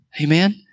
Amen